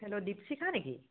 hello Dipshikha নেকি